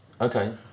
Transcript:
Okay